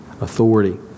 authority